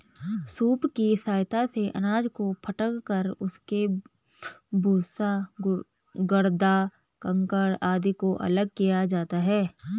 soup की सहायता से अनाज को फटक कर उसके भूसा, गर्दा, कंकड़ आदि को अलग किया जाता है